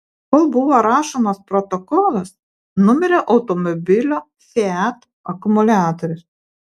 kol buvo rašomas protokolas numirė automobilio fiat akumuliatorius